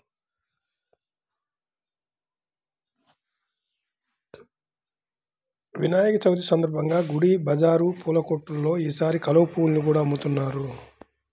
వినాయక చవితి సందర్భంగా గుడి బజారు పూల కొట్టుల్లో ఈసారి కలువ పువ్వుల్ని కూడా అమ్ముతున్నారు